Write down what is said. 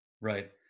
right